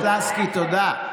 חברת הכנסת לסקי, תודה.